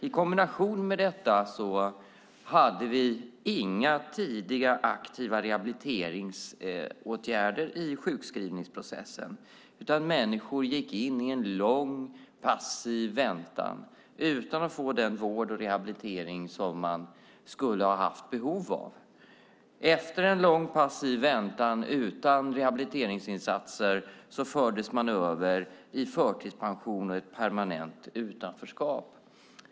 I kombination med detta hade vi inga tidiga aktiva rehabiliteringsåtgärder i sjukskrivningsprocessen, utan människor gick in i en lång passiv väntan utan att få den vård och den rehabilitering som man skulle ha haft behov av. Efter en lång passiv väntan utan rehabiliteringsinsatser fördes man över i förtidspension och permanent utanförskap.